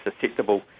susceptible